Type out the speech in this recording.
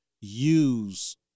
use